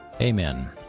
Amen